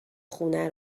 خونه